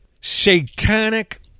satanic